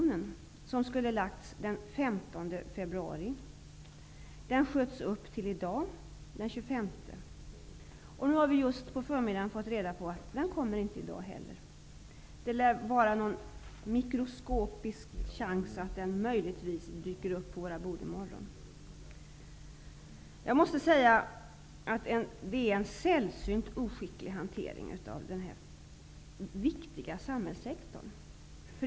Nu fick vi på förmiddagen reda på att den inte kommer att läggas fram i dag heller. Det lär vara någon mikroskopisk chans att den möjligtvis dyker upp på riksdagens bord i morgon. Det här är en sällsynt oskicklig hantering av denna viktiga samhällssektor.